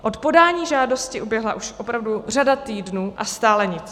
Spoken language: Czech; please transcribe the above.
Od podání žádosti uběhla už opravdu řada týdnů, a stále nic.